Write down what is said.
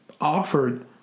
offered